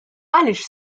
għaliex